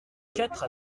quatre